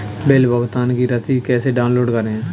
Bill भुगतान की रसीद कैसे डाउनलोड करें?